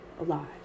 alive